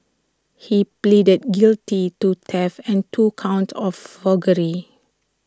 he pleaded guilty to theft and two counts of forgery